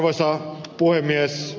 arvoisa puhemies